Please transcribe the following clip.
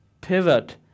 pivot